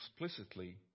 explicitly